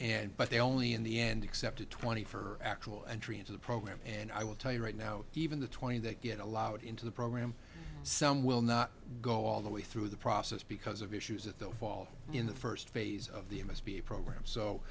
and but they only in the end accepted twenty for actual entry into the program and i will tell you right now even the twenty that get allowed into the program some will not go all the way through the process because of issues that don't fall in the first phase of the